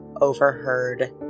overheard